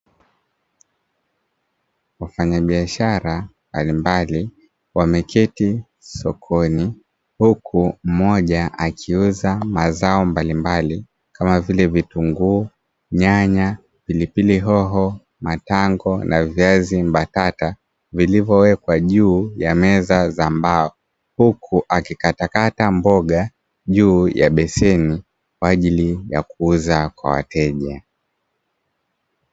Wafanyabiashara mbalimbali wameketi sokoni, huku mmoja akiuza mazao mbalimbali kama vile vitunguu, nyanya, pilipili hoho, matango na viazi mbatata, vilivyowekwa juu ya meza za mbao, huku akikatakata mboga juu ya beseni kwa ajili ya kuuza kwa wateja.